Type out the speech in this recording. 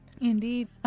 indeed